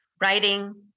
writing